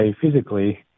physically